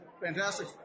fantastic